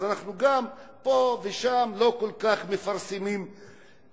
אז אנחנו גם פה ושם לא כל כך מפרסמים מכרזים.